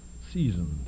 seasoned